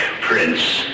Prince